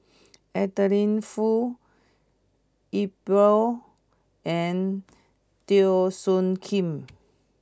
Adeline Foo Iqbal and Teo Soon Kim